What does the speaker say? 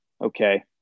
Okay